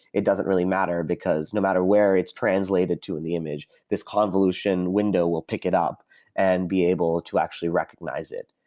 it doesn't really matter, because no matter where it's translated to in the image, this convolution window will pick it up and be able to actually recognize it.